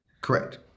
Correct